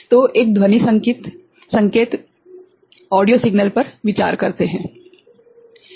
तो एक ध्वनि संकेत ऑडियो सिग्नल पर विचार करतें है